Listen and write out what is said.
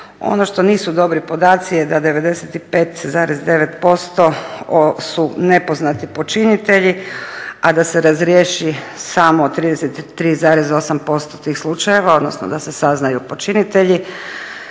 Ono što nisu dobri podaci je da 95,9% su nepoznati počinitelji, a da se razriješi samo 33,8% tih slučajeva odnosno da se saznaju počinitelji.